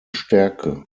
stärke